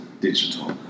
digital